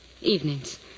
Evenings